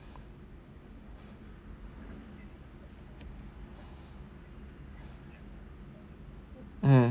mmhmm